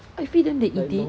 I feed them they eat it